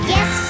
Yes